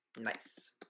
Nice